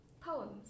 Poems